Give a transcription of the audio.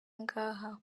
ngaha